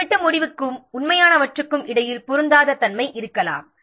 திட்டமிட்ட முடிவுக்கும் உண்மையானவற்றுக்கும் இடையில் பொருந்தாத தன்மை இருக்கலாம்